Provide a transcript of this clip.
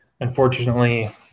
Unfortunately